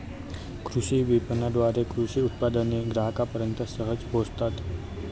कृषी विपणनाद्वारे कृषी उत्पादने ग्राहकांपर्यंत सहज पोहोचतात